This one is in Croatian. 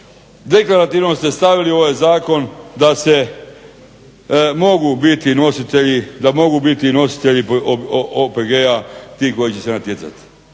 Deklarativno ste stavili u ovaj zakon da mogu biti nositelji OPG-a ti koji će se natjecati.